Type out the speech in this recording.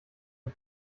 mit